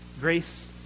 grace